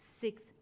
six